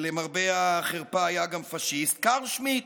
שלמרבה החרפה היה גם פשיסט, קרל שמיט.